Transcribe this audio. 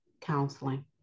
counseling